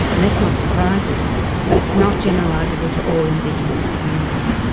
and that's not surprising but it's not generalisable to all indigenous communities.